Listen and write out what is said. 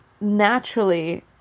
naturally